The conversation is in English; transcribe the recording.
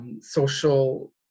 Social